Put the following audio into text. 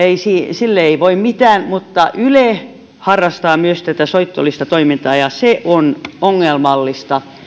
sille ei voi mitään mutta yle harrastaa myös tätä soittolistatoimintaa ja se on ongelmallista